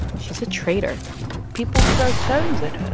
she's a traitor people throw stones at her,